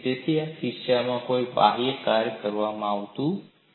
તેથી આ કિસ્સામાં કોઈ બાહ્ય કાર્ય કરવામાં આવ્યું નથી